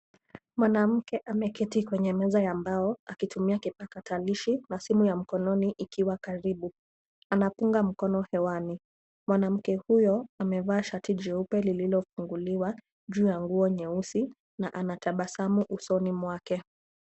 Mwanamke ameketi kwenye meza ya mbao akitumia kipatakilishi, na simu ya mkononi ikiwa karibu. Anapunga mkono hewani. Mwanamke huyo amevaa shati jeupe linalofunguliwa juu ya nguo nyeusi, na anatabasamu usoni mwake.